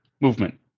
movement